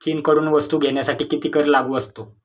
चीनकडून वस्तू घेण्यासाठी किती कर लागू असतो?